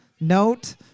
note